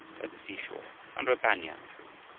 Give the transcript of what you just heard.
by the seashore, under a banyan tree,